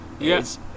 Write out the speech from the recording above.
Yes